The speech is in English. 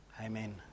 Amen